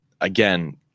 Again